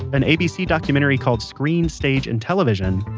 an abc documentary called screen, stage and television,